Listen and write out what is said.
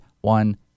one